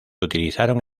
utilizaron